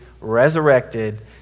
resurrected